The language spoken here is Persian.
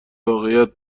واقعیت